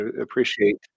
appreciate